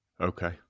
Okay